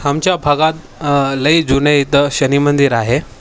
आमच्या भागात लई जुने इथं शनिमंदिर आहे